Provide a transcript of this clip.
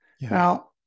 Now